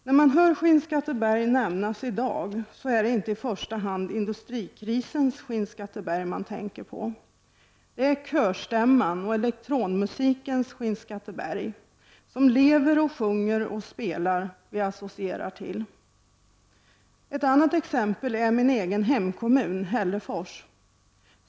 När man hör Skinnskatteberg nämnas i dag är det inte i första hand industrikrisens Skinnskatteberg man tänker på. Det är körstämmans och elektronmusikens Skinnskatteberg, som lever, sjunger och spelar, vi associerar till. Ett annat exempel är min egen hemkommun, Hällefors.